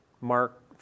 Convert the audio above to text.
Mark